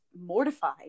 mortified